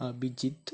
Abhijit